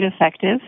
effective